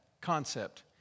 concept